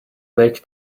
make